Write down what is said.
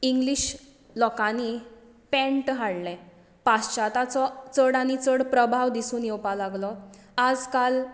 English लोकांनी pant हाडले पाश्चात्याचो चड आनी चड प्रभाव दिसून येवपा लागलो आज काल